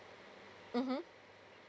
mmhmm